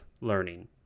learning